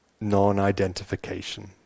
non-identification